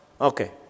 Okay